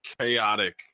chaotic